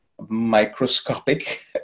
microscopic